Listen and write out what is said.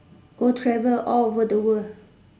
go travel all over the world